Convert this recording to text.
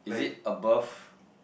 is it above